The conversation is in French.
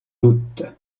doute